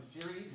series